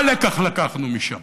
מה לקח לקחנו משם,